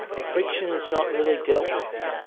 friction is not really dealt with.